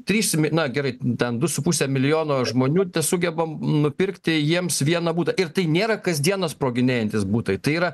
trisemi na gerai ten du su puse milijono žmonių tesugebam nupirkti jiems vieną butą ir tai nėra kasdieną sproginėjantys butai tai yra